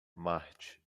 marte